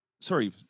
Sorry